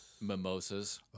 Mimosas